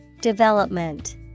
Development